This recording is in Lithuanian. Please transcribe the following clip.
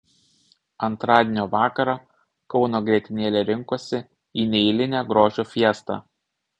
antradienio vakarą kauno grietinėlė rinkosi į neeilinę grožio fiestą